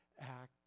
act